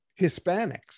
Hispanics